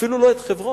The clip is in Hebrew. אפילו לא את חברון,